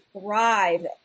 thrive